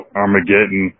Armageddon